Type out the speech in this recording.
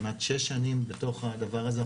כמעט שש שנים בתוך הדבר הזה,